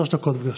שלוש דקות, בבקשה.